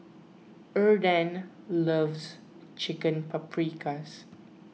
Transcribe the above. Arden loves Chicken Paprikas